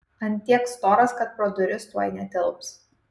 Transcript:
ant tiek storas kad pro duris tuoj netilps